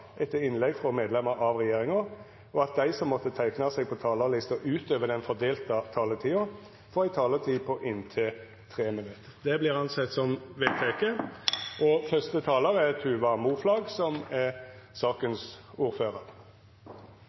etter innlegg frå medlemer av regjeringa, og at dei som måtte teikna seg på talarlista utover den fordelte taletida, får ei taletid på inntil 3 minutt. – Det er vedteke. Forslagsstillerne tar her opp en svært alvorlig problemstilling. Bakgrunnen for forslaget er